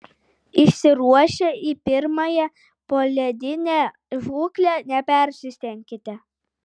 išsiruošę į pirmąją poledinę žūklę nepersistenkite